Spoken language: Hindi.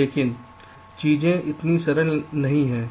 लेकिन चीजें इतनी सरल नहीं हैं